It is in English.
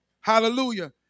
hallelujah